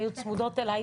היו צמודות אליי.